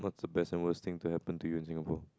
is the best and worst thing to happen to you in Singapore